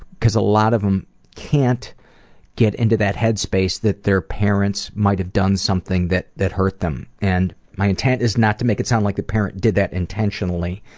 cause a lot of them can't get into that head space that their parents might have done something that that hurt them. and my intent is not to make it sound like the parent did that intentionally,